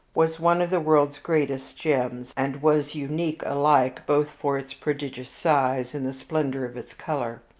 was one of the world's greatest gems, and was unique alike both for its prodigious size and the splendor of its color.